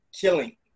killing